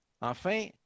Enfin